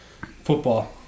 Football